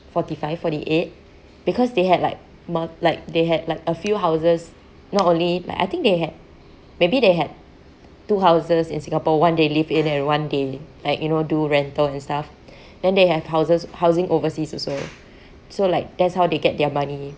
forty five forty eight because they had like mul~ like they had like a few houses not only like I think they hav~ maybe they have two houses in singapore one they live in and one they like you know do rental and stuff then they have houses housing overseas also so like that's how they get their money